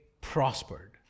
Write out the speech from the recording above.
prospered